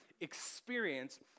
experience